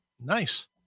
Nice